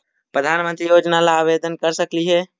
प्रधानमंत्री योजना ला आवेदन कर सकली हे?